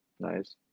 Nice